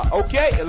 okay